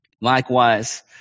Likewise